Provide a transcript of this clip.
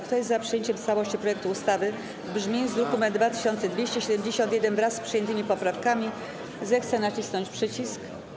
Kto jest za przyjęciem w całości projektu ustawy w brzmieniu z druku nr 2271, wraz z przyjętymi poprawkami, zechce nacisnąć przycisk.